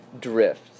drift